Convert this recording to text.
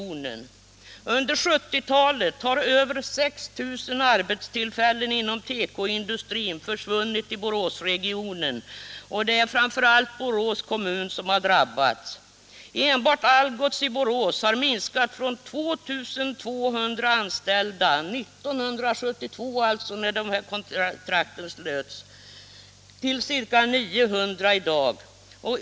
Under 1970-talet har över 6 000 arbetstillfällen inom tekoindustrin försvunnit i Boråsregionen, och det är framför allt Borås kommun som drabbats. Enbart Algots i Borås har minskat från 2 200 anställda år 1972, då dessa kontrakt slöts, till ca 900 i dag.